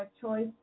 choice